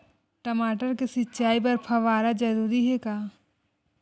टमाटर के सिंचाई बर फव्वारा जरूरी हे का?